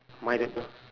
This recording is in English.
mine don't